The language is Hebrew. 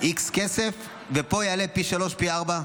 איקס כסף, ופה הוא יעלה פי שלושה, פי ארבעה?